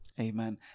Amen